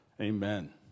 Amen